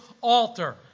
altar